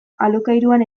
alokairuan